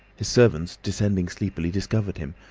his servants, descending sleepily, discovered him,